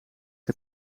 het